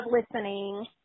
listening